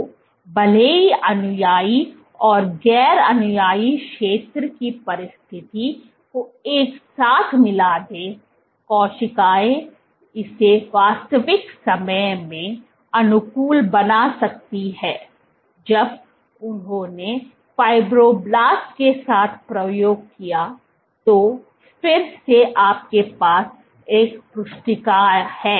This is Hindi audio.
तो भले ही अनुयायी और गैर अनुयायी क्षेत्र की परिस्थिति को एक साथ मिला दें कोशिकाएँ इसे वास्तविक समय में अनुकूल बना सकती हैं जब उन्होंने फ़ाइब्रोब्लास्ट के साथ प्रयोग किया तो फिर से आपके पास यह पृष्ठिका है